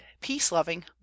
peace-loving